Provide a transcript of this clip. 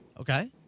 Okay